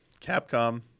Capcom